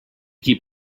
keep